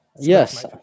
Yes